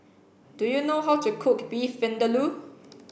do you know how to cook Beef Vindaloo